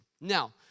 Now